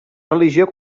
religió